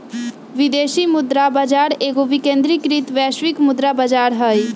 विदेशी मुद्रा बाजार एगो विकेंद्रीकृत वैश्विक मुद्रा बजार हइ